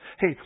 hey